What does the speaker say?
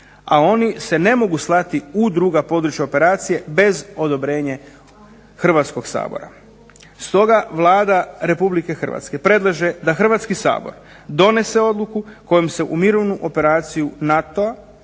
a oni se ne mogu slati u druga područja operacije bez odobrenja Hrvatskoga sabora. Stoga Vlada Republike Hrvatske predlaže da Hrvatski sabor donese odluku kojom se u mirovnu operaciju NATO-a